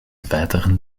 weiteren